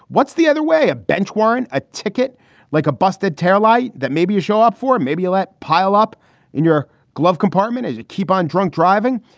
what's the other way? a bench warrant, a ticket like a busted tail light that maybe you show up for. maybe let pile up in your glove compartment. keep on drunk driving.